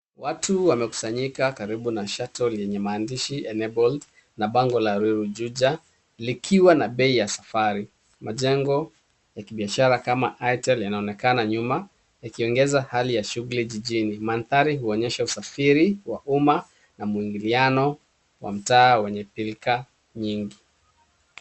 Watu wamekusanyika karibu na Shuttle yenye maandishi Enabled na bango la ruiru, juja likiwa na bei ya safari. Majengo ya kibiashara kama Itel yanaonekana nyuma yakiongeza hali ya shughuli jijini. Mandhari huonyesha usafiri wa umma na mwingiliano wa mtaa wenye pilka pilka nyingi.